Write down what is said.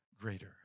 greater